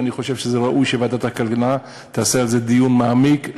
ואני חושב שראוי שוועדת הכלכלה תעשה על זה דיון מעמיק,